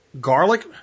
Garlic